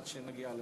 בסם אללה